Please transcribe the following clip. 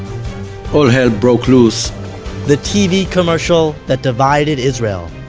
all hell broke loose the tv commercial that divided israel,